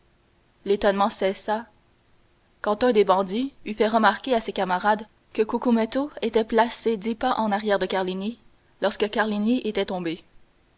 l'étonnement cessa quand un des bandits eut fait remarquer à ses camarades que cucumetto était placé dix pas en arrière de